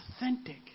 authentic